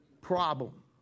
problem